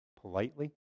politely